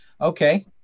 Okay